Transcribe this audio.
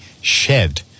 shed